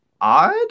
odd